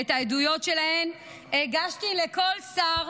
את העדויות שלהן הגשתי לכל שר